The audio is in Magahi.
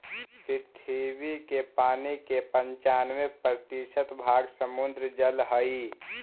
पृथ्वी के पानी के पनचान्बे प्रतिशत भाग समुद्र जल हई